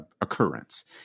occurrence